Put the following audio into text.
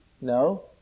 No